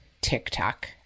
TikTok